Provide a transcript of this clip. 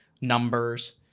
numbers